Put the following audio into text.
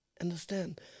understand